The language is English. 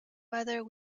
whether